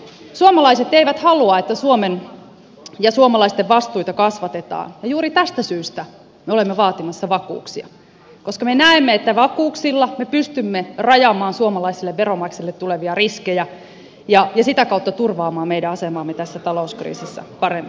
suomalaiset eivät halua että suomen ja suomalaisten vastuita kasvatetaan ja juuri tästä syystä me olemme vaatimassa vakuuksia koska me näemme että vakuuksilla me pystymme rajaamaan suomalaisille veronmaksajille tulevia riskejä ja sitä kautta turvaamaan meidän asemaamme tässä talouskriisissä paremmin